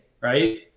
Right